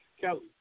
Kelly